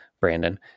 brandon